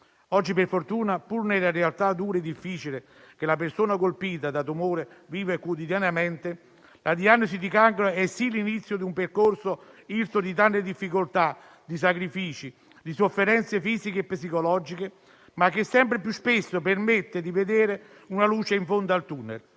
Oggi per fortuna, pur nella realtà dura e difficile che la persona colpita da tumore vive quotidianamente, la diagnosi di cancro è l'inizio di un percorso irto di tante difficoltà, di sacrifici, di sofferenze fisiche e psicologiche, che però sempre più spesso permette di vedere una luce in fondo al *tunnel*: